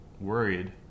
Worried